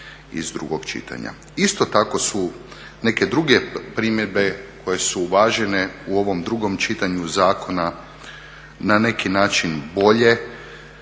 Isto tako su neke druge primjedbe koje su uvažene u ovom drugom čitanju zakona na neki način bolje.